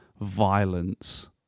violence